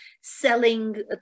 selling